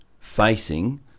facing